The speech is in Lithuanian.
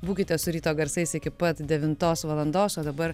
būkite su ryto garsais iki pat devintos valandos o dabar